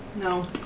No